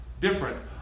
different